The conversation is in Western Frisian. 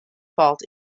falt